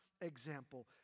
example